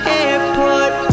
airport